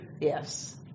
Yes